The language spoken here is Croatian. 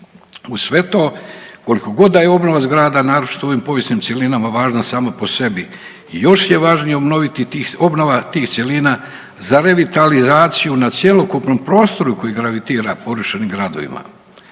Uz sve to, koliko god da je obnova zgrada, naročito u ovim povijesnim cjelinama važna sama po sebi, još je važnije obnoviti, tih obnova tih cjelina za revitalizaciju na cjelokupnom prostoru koji gravitira porušenim gradovima.